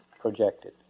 projected